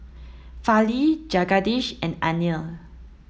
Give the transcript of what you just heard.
Fali Jagadish and Anil